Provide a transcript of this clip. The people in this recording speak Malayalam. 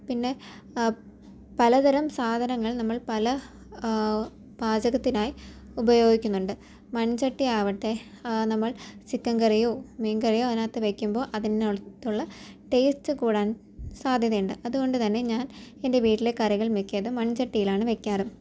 പിന്നെ പലതരം സാധനങ്ങൾ നമ്മൾ പല പാചകത്തിനായി ഉപയോഗിക്കുന്നുണ്ട് മൺചട്ടി ആവട്ടെ ആ നമ്മൾ ചിക്കൻ കറിയോ മീൻ കറിയോ അതിനകത്ത് വെയ്ക്കുമ്പോള് അതിനകത്തുള്ള ടേസ്റ്റ് കൂടാൻ സാധ്യതയുണ്ട് അതുകൊണ്ടുതന്നെ ഞാൻ എൻ്റെ വീട്ടിലെ കറികൾ മിക്കതും മൺചട്ടിയിലാണ് വെക്കാറ്